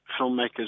filmmakers